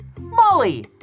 Molly